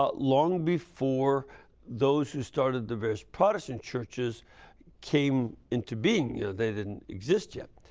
ah long before those who started the various protestant churches came into being, they didn't exist yet.